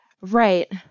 Right